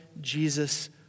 Jesus